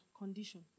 condition